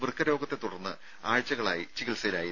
വൃക്ക രോഗത്തെ ത്തുടർന്ന് ആഴ്ചകളായി ചികിത്സയിലായിരുന്നു